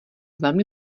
velmi